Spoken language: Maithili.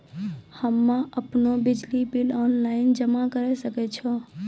हम्मे आपनौ बिजली बिल ऑनलाइन जमा करै सकै छौ?